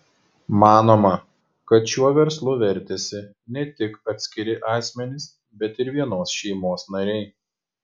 manoma kad šiuo verslu vertėsi ne tik atskiri asmenys bet ir vienos šeimos nariai